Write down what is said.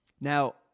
Now